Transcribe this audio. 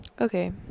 Okay